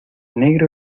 negro